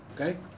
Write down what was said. Okay